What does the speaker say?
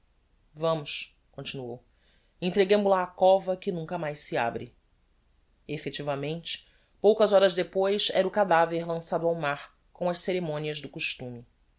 vamos continuou entreguemol a á cova que nunca mais se abre effectivamente poucas horas depois era o cadaver lançado ao mar com as ceremonias do costume